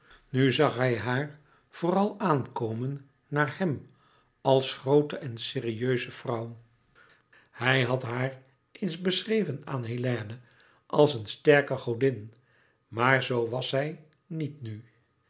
nu zag hij haar vooral aankomen naar hem als groote en serieuze vrouw hij had haar eens beschreven aan hélène als een sterke godin maar zoo was zij niet nu